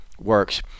works